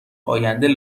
آینده